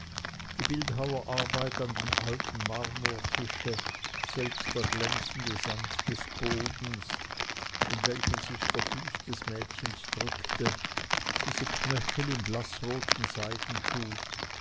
die bildhauerarbeit an dem alten marmortische selbst der glänzende sand des bodens in welchen sich der fuß des mädchens drückte diese knöchel im